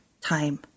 time